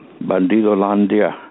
Bandido-landia